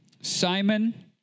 Simon